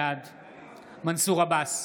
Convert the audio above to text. בעד מנסור עבאס,